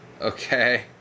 Okay